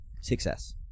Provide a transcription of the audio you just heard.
Success